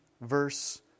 verse